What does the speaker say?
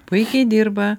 puikiai dirba